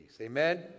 Amen